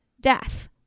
death